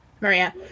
Maria